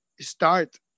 start